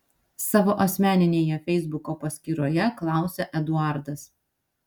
savo asmeninėje feisbuko paskyroje klausia eduardas